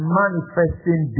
manifesting